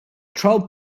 troll